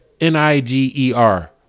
N-I-G-E-R